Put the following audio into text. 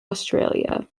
australia